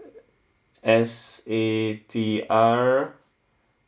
S A T R